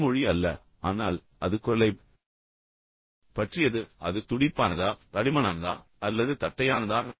இது மொழி அல்ல ஆனால் அது குரலைப் பற்றியது அது துடிப்பானதா தடிமனானதா அல்லது தட்டையானதா